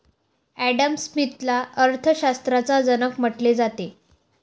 Adam स्मिथला अर्थ शास्त्राचा जनक म्हटले जाते